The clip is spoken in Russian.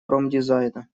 промдизайна